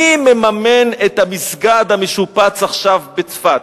מי מממן את המסגד המשופץ עכשיו בצפת?